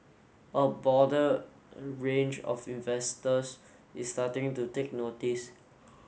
a border range of investors is starting to take notice